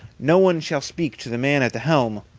no one shall speak to the man at the helm,